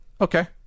Okay